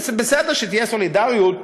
ובסדר שתהיה סולידריות,